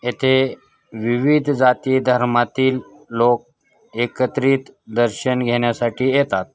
येथे विविध जातीधर्मांतील लोक एकत्रित दर्शन घेण्यासाठी येतात